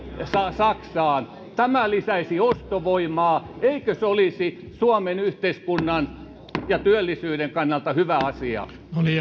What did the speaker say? saksaan tämä lisäisi ostovoimaa eikö se olisi suomen yhteiskunnan ja työllisyyden kannalta hyvä asia